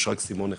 יש רק סימון אחד,